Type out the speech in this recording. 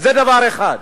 זה דבר אחד.